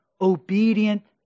obedient